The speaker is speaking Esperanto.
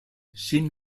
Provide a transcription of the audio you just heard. ŝin